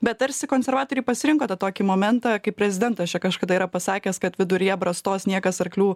bet tarsi konservatoriai pasirinko tą tokį momentą kai prezidentas čia kažkada yra pasakęs kad viduryje brastos niekas arklių